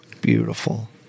Beautiful